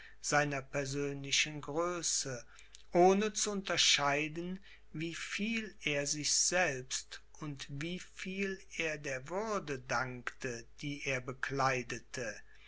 seiner persönlichen größe ohne zu unterscheiden wie viel er sich selbst und wie viel er der würde dankte die er bekleidete